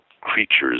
creatures